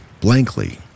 blankly